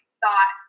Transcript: thought